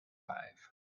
five